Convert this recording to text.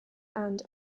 and